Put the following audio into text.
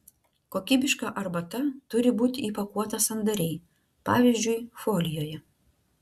kokybiška arbata turi būti įpakuota sandariai pavyzdžiui folijoje